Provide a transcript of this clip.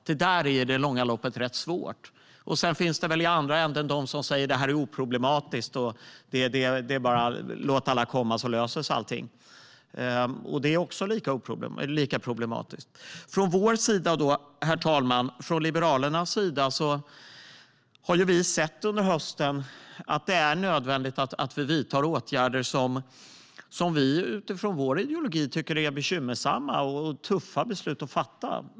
Det är i det långa loppet rätt svårt. I andra änden finns det de som säger: "Det här är oproblematiskt - låt alla komma, så löser sig allting!" Det är lika problematiskt. Vi i Liberalerna, herr talman, har under hösten sett att det är nödvändigt att vi vidtar åtgärder och fattar beslut som vi utifrån vår ideologi tycker är bekymmersamma och tuffa.